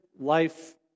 life